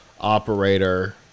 operator